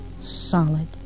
solid